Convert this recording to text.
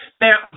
Now